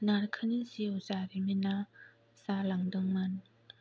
नारखोनि जिउ जारिमिना जालांदोंमोन